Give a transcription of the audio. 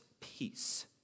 peace